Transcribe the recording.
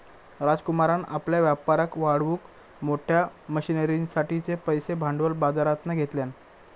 राजकुमारान आपल्या व्यापाराक वाढवूक मोठ्या मशनरींसाठिचे पैशे भांडवल बाजरातना घेतल्यान